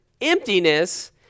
emptiness